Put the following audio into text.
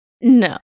No